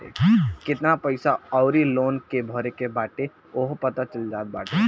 केतना पईसा अउरी लोन के भरे के बाटे उहो पता चल जात बाटे